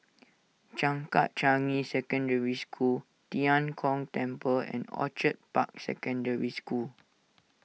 Changkat Changi Secondary School Tian Kong Temple and Orchid Park Secondary School